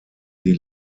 die